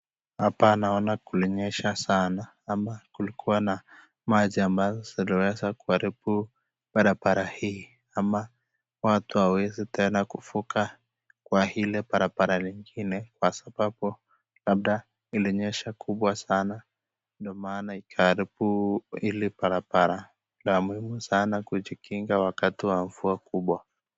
Hapa naona kulinyesha sana ama kulikuwa na maji ambazo ziliweza kuharibu barabara hii ama watu hawawezi tena kuvuka kwa ile barabara ingine kwa sababu labda kulinyesha kubwa sana ndio maana ikaharibu hili barabara, la muhimu sana kujikinga wakati wa mvua mkubwa.